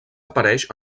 apareix